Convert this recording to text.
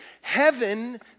heaven